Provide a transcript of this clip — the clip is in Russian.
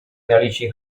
наличии